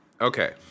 Okay